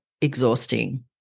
exhausting